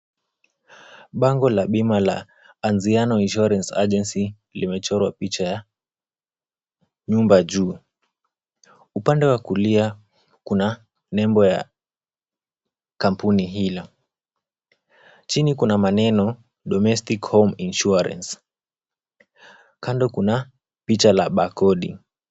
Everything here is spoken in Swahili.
Bango la bima la Anziano Insurance Agency limechorwa picha ya nyumba juu, upande wa kulia, kuna nembo ya kampuni hilo. Chini kuna maneno: domestic home insurance . Kando kuna picha la barcoding .